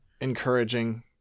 encouraging